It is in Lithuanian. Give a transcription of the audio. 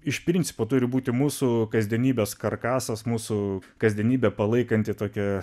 iš principo turi būti mūsų kasdienybės karkasas mūsų kasdienybę palaikanti tokia